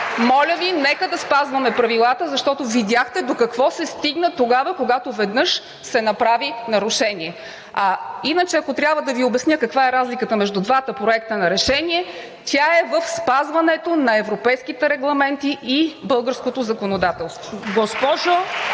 Моля Ви, нека да спазваме правилата, защото видяхте до какво се стигна, когато веднъж се направи нарушение. Иначе, ако трябва да Ви обясня каква е разликата между двата проекта на решение – тя е в спазването на европейските регламенти и българското законодателство.